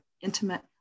intimate